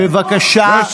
זה לא נכון, בבקשה לשבת.